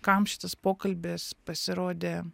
kam šitas pokalbis pasirodė